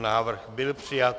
Návrh byl přijat.